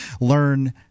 learn